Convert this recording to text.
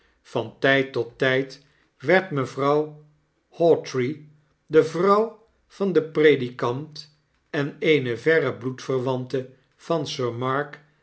van tyd tot tyd werd mevrouw hawtrey de vrouw van den predikant en eene verre bloedverwante van sir